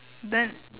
then